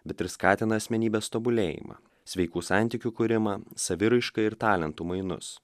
bet ir skatina asmenybės tobulėjimą sveikų santykių kūrimą saviraišką ir talentų mainus